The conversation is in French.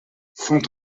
font